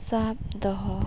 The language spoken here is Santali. ᱥᱟᱵ ᱫᱚᱦᱚ